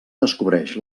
descobreix